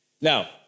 Now